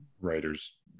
writers